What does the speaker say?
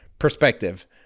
perspective